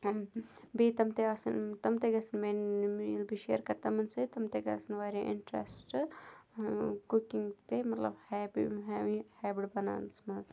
بیٚیہِ تِم تہِ آسَن تِم تہِ گژھن میٛانہِ ییٚلہِ بہٕ شِیَر کَرٕ تِمَن سۭتۍ تِم تہِ گژھن واریاہ اِنٹرٛسٹہٕ کُکِنٛگ تہِ مطلب ہے یہِ ہیبِٹ بَناونَس منٛز